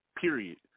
period